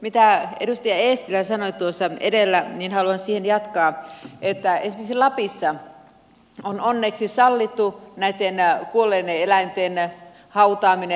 mitä edustaja eestilä sanoi tuossa edellä niin haluan siitä jatkaa että esimerkiksi lapissa on onneksi sallittu kuolleiden eläinten hautaaminen